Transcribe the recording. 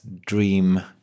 dream